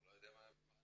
אני כבר לא יודע מה להגיד.